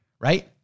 right